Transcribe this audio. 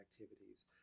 activities